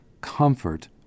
comfort